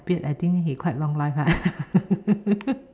appeared I think he quite long life lah